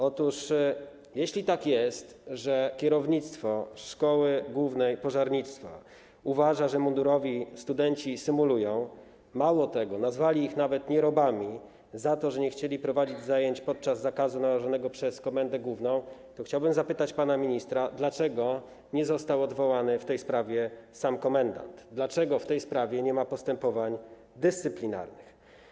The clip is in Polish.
Otóż jeśli tak jest, że kierownictwo szkoły głównej pożarnictwa uważa, że mundurowi studenci symulują - mało tego, oni nazwali ich nawet nierobami za to, że nie chcieli prowadzić zajęć podczas zakazu nałożonego przez komendę główną - to chciałbym zapytać pana ministra, dlaczego nie został odwołany w tej sprawie sam komendant, dlaczego w tej sprawie nie ma postępowań dyscyplinarnych.